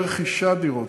ורכישת דירות.